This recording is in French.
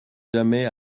jamais